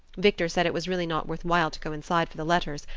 victor said it was really not worth while to go inside for the letters,